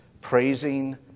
praising